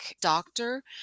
doctor